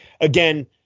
again